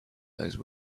those